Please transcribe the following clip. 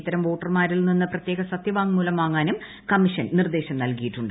ഇത്തരം വോട്ടർമാരിൽ നിന്ന് പ്രത്യേക സത്യവാങ്മൂലം വാങ്ങാനും കമ്മീഷൻ നിർദ്ദേശം നൽകിയിട്ടുണ്ട്